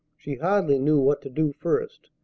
she hardly knew what to do first.